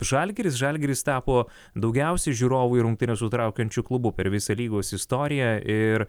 žalgiris žalgiris tapo daugiausiai žiūrovų į rungtynes sutraukiančiu klubu per visą lygos istoriją ir